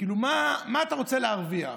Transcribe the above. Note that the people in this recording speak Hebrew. מה אתה רוצה להרוויח.